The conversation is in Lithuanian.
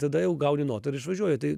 tada jau gauni notą ir išvažiuoji tai